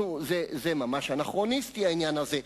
נו, זה ממש אנכרוניסטי העניין הזה.